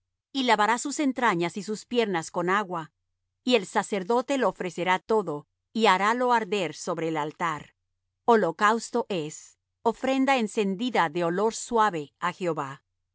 y lavará sus entrañas y sus piernas con agua y el sacerdote lo ofrecerá todo y harálo arder sobre el altar holocausto es ofrenda encendida de olor suave á jehová